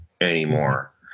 anymore